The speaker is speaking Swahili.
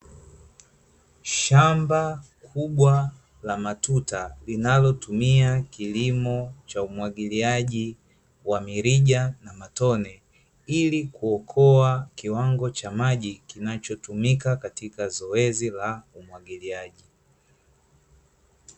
Shamba kubwa la matuta linalotumia kilimo cha umwagiliaji wa mirija na matone, ili kuokoa kiwango cha maji kinachotumika katika zoezi la umwagiliaji.